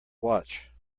watch